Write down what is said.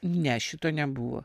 ne šito nebuvo